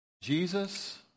Jesus